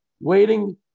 waiting